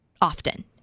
often